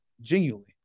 genuinely